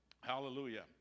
hallelujah